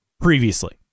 previously